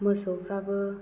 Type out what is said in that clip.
मोसौफ्राबो